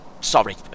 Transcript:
sorry